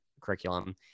curriculum